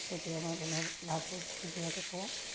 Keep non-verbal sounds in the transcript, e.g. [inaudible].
তেতিয়া মই [unintelligible]